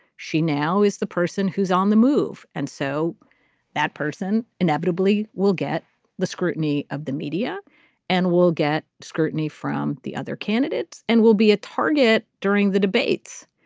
she now is the person who's on the move. and so that person inevitably will get the scrutiny of the media and will get scrutiny from the other candidates and will be a target during the debates.